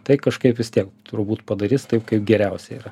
tai kažkaip vis tiek turbūt padarys taip kaip geriausia yra